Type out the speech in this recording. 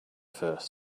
first